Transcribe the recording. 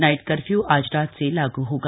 night curfew आज रात से लागू होगा